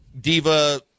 Diva